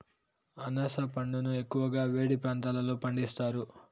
అనాస పండును ఎక్కువగా వేడి ప్రాంతాలలో పండిస్తారు